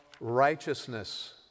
righteousness